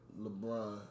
LeBron